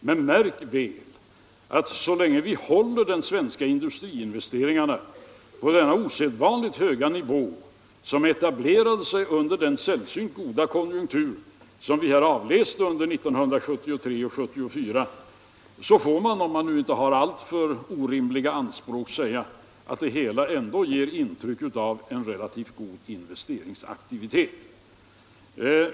Men märk väl att så länge vi håller de svenska industriinvesteringarna på den osedvanligt höga nivå, som etablerade sig under den sällsynt goda konjunktur vi avläste under 1973 och 1974, får man — om man inte har alltför orimliga anspråk — säga att det hela ändå ger intryck av en relativt hög investeringsaktivitet.